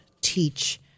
teach